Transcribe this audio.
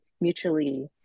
mutually